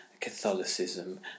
Catholicism